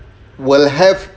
will have